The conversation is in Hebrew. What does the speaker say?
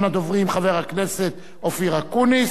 לפי חוק דוד בן-גוריון, אושרה על-ידי מליאת הכנסת.